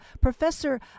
professor